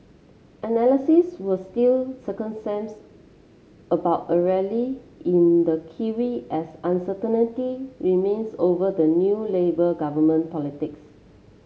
analysts were still circumspect about a rally in the kiwi as uncertainty remains over the new labour government politics